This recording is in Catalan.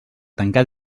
tancar